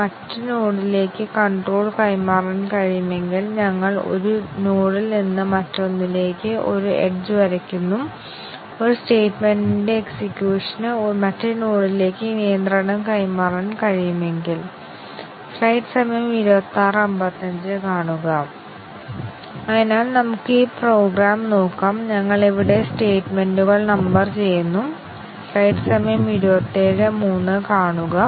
MCDC എന്നാൽ പരിഷ്കരിച്ച condition decision കവറേജാണ് കൂടാതെ പരീക്ഷണാത്മകമായി ബഗ് കണ്ടെത്തൽ ഫലപ്രാപ്തി ഒന്നിലധികം കണ്ടീഷൻ കവറേജിനേക്കാൾ കൂടുതലാണെന്ന് കണ്ടെത്തി പക്ഷേ ഒന്നിലധികം അവസ്ഥകൾ നേടുന്നതിന് ആവശ്യമായ ടെസ്റ്റ് കേസുകളുടെ എണ്ണം ഈ പരിഷ്ക്കരിച്ച അവസ്ഥ ഡിസിഷൻ കവറേജ് MCDC എന്നത് ആറ്റോമിക് അവസ്ഥകളുടെ എണ്ണത്തിൽ ലീനിയർ ആണ്